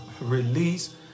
release